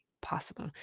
possible